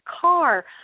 car